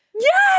Yes